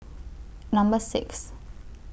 Number six